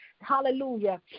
hallelujah